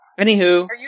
Anywho